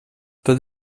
tots